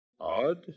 Odd